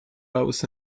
house